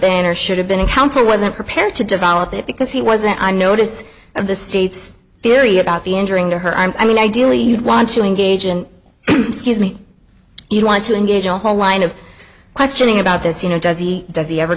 been or should have been a counter wasn't prepared to develop it because he wasn't i notice of the state's theory about the entering to her i'm i mean ideally you'd want to engage an excuse me you want to engage a whole line of questioning about this you know does he does he ever